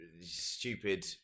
stupid